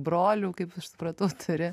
brolių kaip aš supratau turi